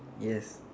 yes